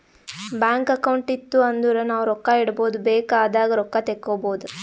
bank account ಇತ್ತು ಅಂದುರ್ ನಾವು ರೊಕ್ಕಾ ಇಡ್ಬೋದ್ ಬೇಕ್ ಆದಾಗ್ ರೊಕ್ಕಾ ತೇಕ್ಕೋಬೋದು